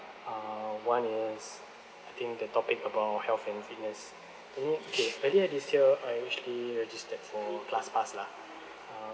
uh one is I think the topic about health and fitness and then okay earlier this year I actually registered for class pass lah uh